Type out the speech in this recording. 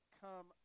come